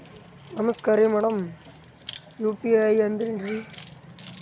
ನಮಸ್ಕಾರ್ರಿ madam UPI ಅಂದ್ರೆನ್ರಿ?